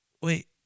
wait